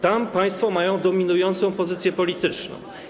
Tam państwo mają dominującą pozycję polityczną.